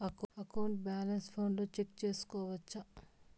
account balance ఫోనులో check సేసుకోవచ్చా